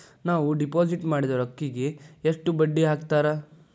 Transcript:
ನಾವು ಡಿಪಾಸಿಟ್ ಮಾಡಿದ ರೊಕ್ಕಿಗೆ ಎಷ್ಟು ಬಡ್ಡಿ ಹಾಕ್ತಾರಾ?